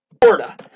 Florida